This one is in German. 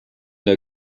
der